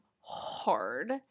hard